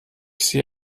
sie